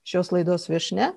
šios laidos viešnia